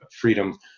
freedom